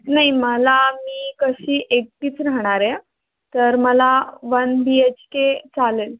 नाही मला मी कशी एकटीच राहणार आहे तर मला वन बी एच के चालेल